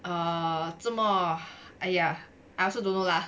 err 这么 !aiya! I also don't know lah